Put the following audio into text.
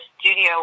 studio